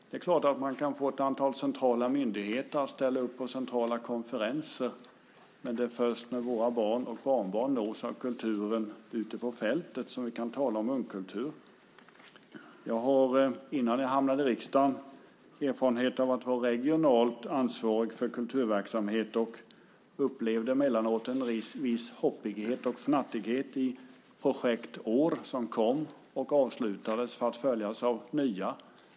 Det är klart att man kan få ett antal centrala myndigheter att ställa upp på konferenser, men det är först när våra barn och barnbarn nås av kulturen ute på fältet som vi kan tala om ungkultur. Innan jag hamnade i riksdagen hade jag erfarenhet av att vara regionalt ansvarig för kulturverksamhet. Jag upplevde emellanåt en viss hoppighet och fnattighet i form av projektår som kom och avslutades för att därefter följas av nya.